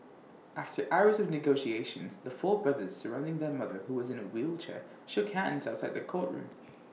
after hours of negotiations the four brothers surrounding their mother who was in A wheelchair shook hands and outside the courtroom